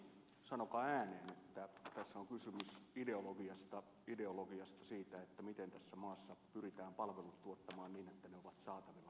sanokaa ääneen että tässä on kysymys ideologiasta ideologiasta siitä miten tässä maassa pyritään palvelut tuottamaan niin että ne ovat saatavilla kaikissa tilanteissa